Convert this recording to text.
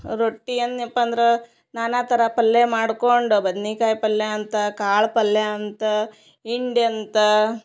ರೊಟ್ಟಿ ಎನ್ನೆಪಂದರಾ ನಾನಾ ಥರ ಪಲ್ಯ ಮಾಡ್ಕೊಂಡು ಬದ್ನಿಕಾಯಿ ಪಲ್ಯಾಂತ ಕಾಳು ಪಲ್ಯಾಂತ ಹಿಂಡ್ಯಂತ